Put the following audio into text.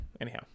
anyhow